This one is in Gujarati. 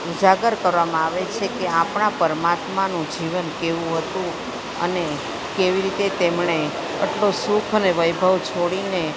ઉજાગર કરવામાં આવે છે કે આપણા પરમાત્માનું જીવન કેવું હતું અને કેવી રીતે તેમણે આટલો સુખ અને વૈભવ છોડીને